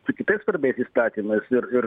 su kitais svarbiais įstatymais ir ir